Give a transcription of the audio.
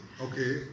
Okay